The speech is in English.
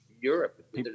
Europe